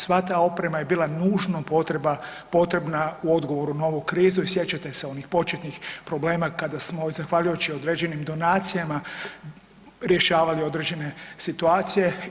Sva ta oprema je bila nužno potreba, potrebna u odgovoru na ovu krizu i sjećate se onih početnih problema kada smo zahvaljujući određenim donacijama rješavali određene situacije.